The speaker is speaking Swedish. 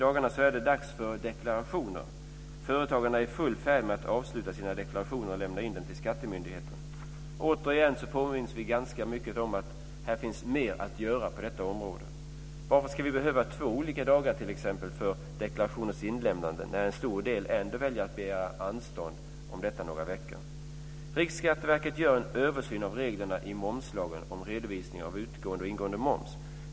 I dagarna är det dags för deklarationer. Företagarna är i full färd med att avsluta sina deklarationer och lämna in dem till skattemyndigheten. Återigen påminns vi ganska mycket om att det finns mer att göra på detta område. Varför ska vi t.ex. behöva två olika dagar för deklarationernas inlämnande när en stor del ändå väljer att begära anstånd om detta några veckor? Riksskatteverket gör en översyn av reglerna i momslagen om redovisning av utgående och ingående moms.